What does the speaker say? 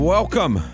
Welcome